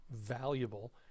valuable